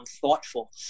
thoughtful